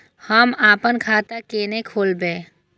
हम आपन खाता केना खोलेबे?